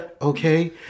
Okay